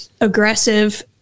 aggressive